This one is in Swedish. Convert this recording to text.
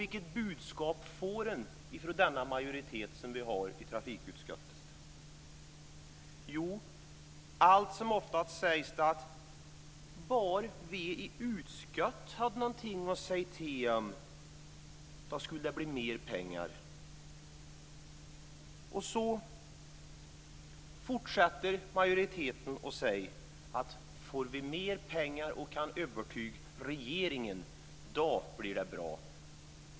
Vilket budskap ger majoriteten i trafikutskottet? Jo, alltsomoftast sägs det att om bara vi i utskottet hade mer att säga till om skulle det bli mer pengar. Majoriteten säger att om de får mer pengar och kan övertyga regeringen, ja då blir det bra.